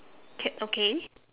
cat okay